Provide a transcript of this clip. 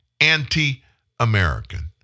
anti-American